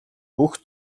бүх